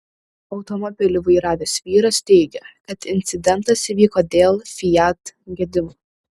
automobilį vairavęs vyras teigė kad incidentas įvyko dėl fiat gedimo